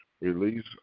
Release